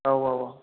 औ औ औ